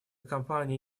компании